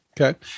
Okay